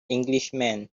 englishman